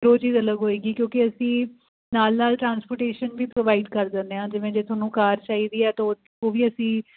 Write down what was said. ਉਹ ਚੀਜ਼ ਅਲੱਗ ਹੋਏਗੀ ਕਿਉਂਕਿ ਅਸੀਂ ਨਾਲ ਨਾਲ ਟਰਾਂਸਪੋਰਟੇਸ਼ਨ ਵੀ ਪ੍ਰੋਵਾਈਡ ਕਰ ਦਿੰਦੇ ਹਾਂ ਜਿਵੇਂ ਜੇ ਤੁਹਾਨੂੰ ਕਾਰ ਚਾਹੀਦੀ ਆ ਤਾਂ ਉਹ ਵੀ ਅਸੀਂ